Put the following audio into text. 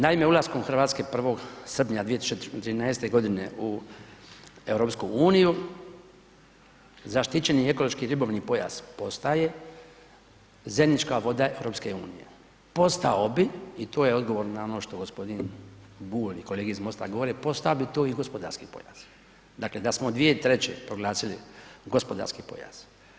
Naime, ulaskom Hrvatske 1. srpnja 2013. g. u EU, zaštićeni ekološki ribolovni pojas postaje zajednička voda EU-a, postao bi i tu je odgovorna ono što g. Bulj i kolege iz MOST-a govore, postao bi to i gospodarski pojas dakle da smo 2003. proglasili gospodarski pojas.